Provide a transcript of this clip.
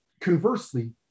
conversely